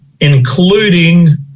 including